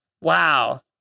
Wow